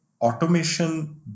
automation